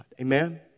Amen